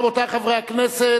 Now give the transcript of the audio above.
רבותי חברי הכנסת,